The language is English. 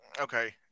Okay